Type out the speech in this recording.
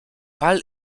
pal